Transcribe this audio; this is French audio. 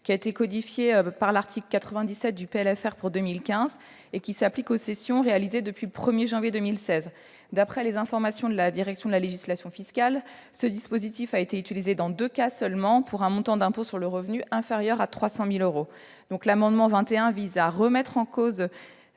qui a été codifié par l'article 97 de la loi de finances rectificative pour 2015 et qui s'applique aux cessions réalisées depuis le 1 janvier 2016. D'après les informations de la direction de la législation fiscale, ce dispositif a été utilisé dans deux cas seulement, pour un montant d'impôt sur le revenu inférieur à 300 000 euros. L'amendement n° 21 rectifié vise à remettre en cause